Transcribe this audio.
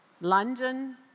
London